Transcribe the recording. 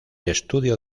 estudio